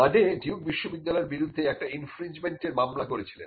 Madey Duke বিশ্ববিদ্যালয়ের বিরুদ্ধে একটি ইনফ্রিনজমেন্টের মামলা করেছিলেন